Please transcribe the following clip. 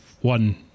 one